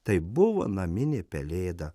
tai buvo naminė pelėda